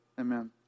Amen